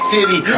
City